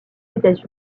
états